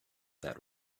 that